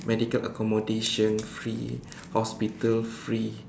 medical accommodation free hospital free